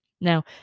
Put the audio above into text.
Now